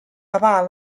aval